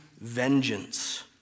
vengeance